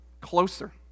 closer